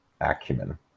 acumen